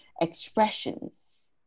expressions